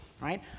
right